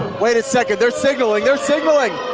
wait a second, they're signaling, they're signaling!